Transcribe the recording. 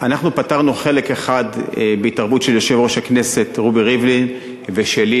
אנחנו פתרנו חלק אחד בהתערבות של יושב-ראש הכנסת רובי ריבלין ושלי.